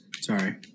Sorry